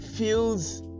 Feels